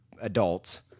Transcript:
adults